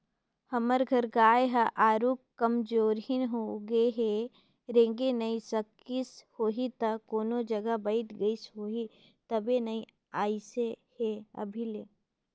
हमर घर गाय ह आरुग कमजोरहिन होगें हे रेंगे नइ सकिस होहि त कोनो जघा बइठ गईस होही तबे नइ अइसे हे अभी ले